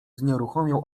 znieruchomiał